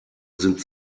sind